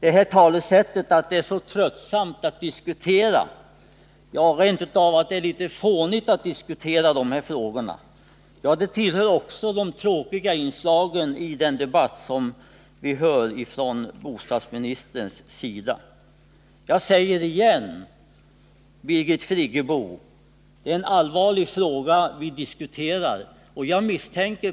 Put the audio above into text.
Talesättet att det är så tröttsamt och rent av litet fånigt att diskutera de här frågorna tillhör också de tråkiga inslagen i det vi hör från bostadsministerns sida. Jag säger igen: Birgit Friggebo! Det är en allvarlig fråga vi diskuterar.